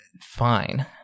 fine